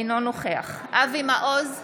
אינו נוכח אבי מעוז,